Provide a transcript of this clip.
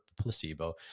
placebo